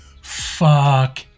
fuck